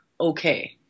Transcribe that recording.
okay